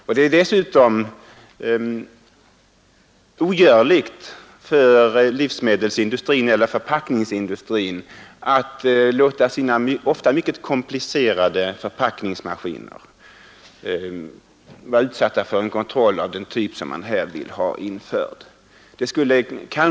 Dessutom är det ogörligt för livsmedelsindustrin och förpackningsindustrin att låta sina — ofta mycket komplicerade — förpackningsmaskiner utsättas för en kontroll av den typ man vill ha införd. Vi skulle få en dyrbar byråkratisk organisation som verkligen skulle både fördyra och komplicera!